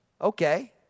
Okay